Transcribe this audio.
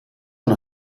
non